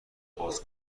باز